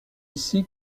ici